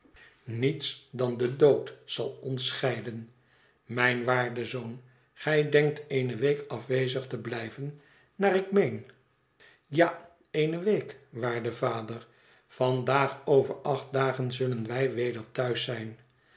niets dan de dood zal ons scheiden mijn waarde zoon gij denkt eene week afwezig te blijven naar ik meen ja eene week waarde vader vandaag over acht dagen zullen wij weder thuis zijn